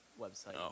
website